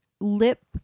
lip